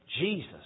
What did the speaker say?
Jesus